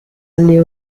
alle